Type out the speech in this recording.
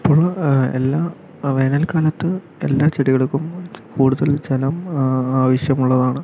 അപ്പോൾ എല്ലാ വേനൽക്കാലത്ത് എല്ലാ ചെടികൾക്കും കൂടുതൽ ജലം ആവശ്യമുള്ളതാണ്